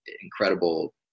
incredible